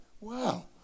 Wow